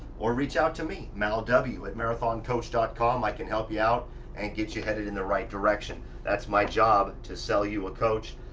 or reach out to me, mal w. at marathoncoach com. i can help you out and get you headed in the right direction. that's my job to sell you a coach.